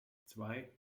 zwei